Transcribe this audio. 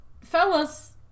fellas